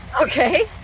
Okay